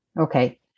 okay